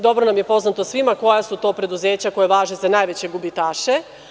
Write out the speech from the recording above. Dobro nam je poznato svima koja su to preduzeća koja važe za najveće gubitaše.